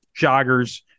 joggers